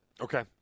Okay